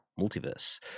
multiverse